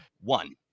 one